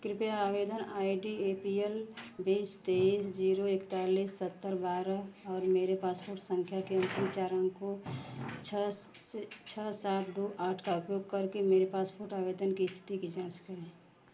कृपया आवेदन I D A P L बीस तेईस जीरो इकतालीस सत्तर बारह और मेरे पासपोर्ट संख्या के अंतिम चार अंकों छः स सात दो आठ का उपयोग करके मेरे पासपोर्ट आवेदन की स्थिति की जांच करें